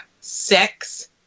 six